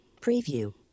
Preview